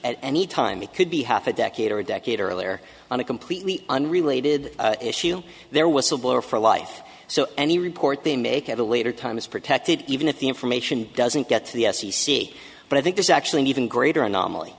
at any time it could be half a decade or a decade earlier on a completely unrelated issue there was a blow for life so any report they make at a later time is protected even if the information doesn't get to the f c c but i think there's actually an even greater anomaly